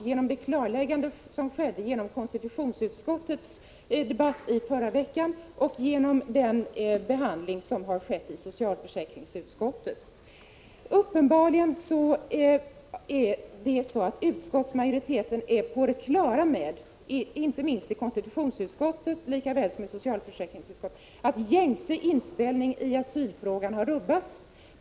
Genom dechargedebatten i förra veckan och genom socialförsäkringsutskottets behandling av frågan framstår fakta mycket klart. Uppenbarligen är majoriteterna i konstitutionsutskottet och socialförsäkringsutskottet på det klara med att gängse inställning i asylfrågan har rubbats.